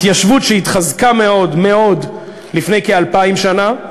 התיישבות שהתחזקה מאוד, מאוד, לפני כאלפיים שנה,